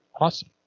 Awesome